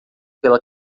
pela